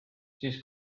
siis